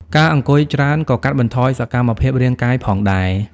ការអង្គុយច្រើនក៏កាត់បន្ថយសកម្មភាពរាងកាយផងដែរ។